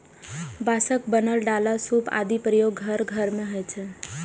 बांसक बनल डाला, सूप आदिक प्रयोग घर घर मे होइ छै